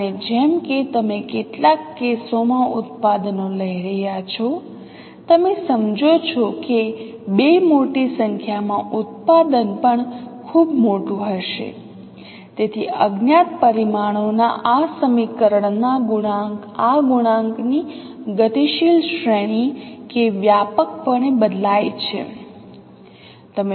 અને જેમ કે તમે કેટલાક કેસોમાં ઉત્પાદનો લઈ રહ્યા છો તમે સમજો છો કે બે મોટી સંખ્યામાં ઉત્પાદન પણ ખૂબ મોટી હશે તેથી અજ્ઞાત પરિમાણોના આ સમીકરણના આ ગુણાંકની ગતિશીલ શ્રેણી કે વ્યાપકપણે બદલાય છે